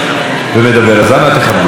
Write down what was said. שר המדע והטכנולוגיה אופיר אקוניס: אם אתה